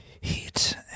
heat